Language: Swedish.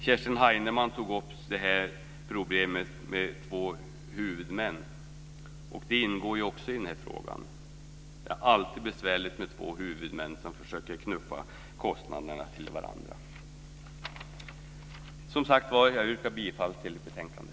Kerstin Heinemann tog upp problemet med två huvudmän. Det ingår också i den här frågan. Det är alltid besvärligt med två huvudmän som försöker knuffa kostnaderna till varandra. Jag yrkar som sagt bifall till hemställan i betänkandet.